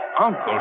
Uncle